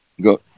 Go